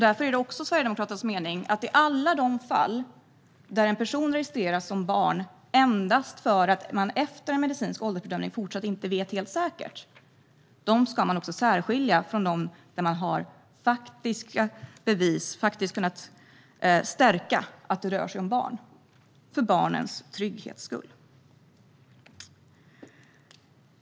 Därför är det Sverigedemokraternas mening att alla de fall där personer registreras som barn därför att man efter en medicinsk åldersbedömning fortsatt inte vet helt säkert ska särskiljas från de fall där det faktiskt kunnat styrkas att det rör sig om barn - för barnens trygghets skull.